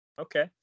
Okay